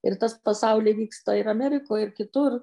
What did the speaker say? ir tas pasauly vyksta ir amerikoj ir kitur